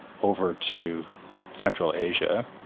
over to central asia,